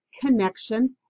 connection